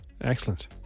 excellent